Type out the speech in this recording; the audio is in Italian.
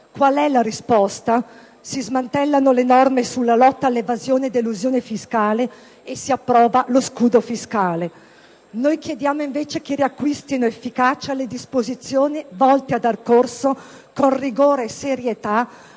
qual è la risposta? Si smantellano le norme sulla lotta all'evasione ed elusione fiscale e si approva lo scudo fiscale. Noi chiediamo invece che riacquistino efficacia le disposizioni volte a dar corso con rigore e serietà